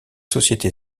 société